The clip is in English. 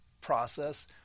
process